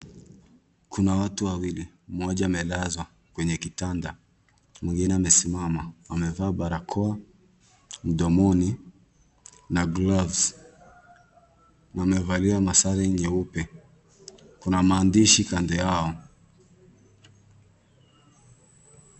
Kuna watu wawili, mmoja amelazwa kwenye kitanda, mwingine amesimama amevaa barakoa mdomoni na gloves, na amevalia masare nyeupe kuna maandishi kando yao.